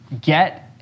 get